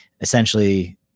essentially